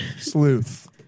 Sleuth